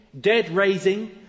dead-raising